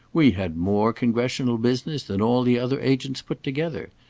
we had more congressional business than all the other agents put together.